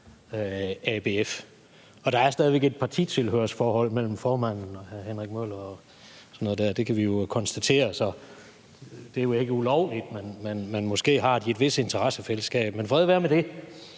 Og der er stadig væk et partitilhørsforhold mellem formanden og hr. Henrik Møller og sådan noget der. Det kan vi konstatere. Det er jo ikke ulovligt, men måske har de et vist interessefællesskab. Fred være med det.